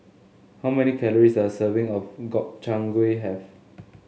how many calories does a serving of Gobchang Gui have